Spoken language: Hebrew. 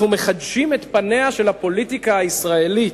אנחנו מחדשים את פניה של הפוליטיקה הישראלית,